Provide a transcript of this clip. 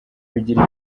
bigira